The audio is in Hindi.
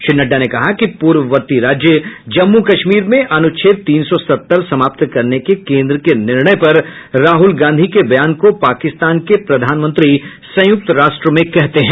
श्री नड्डा ने कहा कि पूर्ववर्ती राज्य जम्मू कश्मीर में अनुच्छेद तीन सौ सत्तर समाप्त करने के केंद्र के निर्णय पर राहुल के बयान को पाकिस्तान के प्रधानमंत्री संयुक्त राष्ट्र में कहते हैं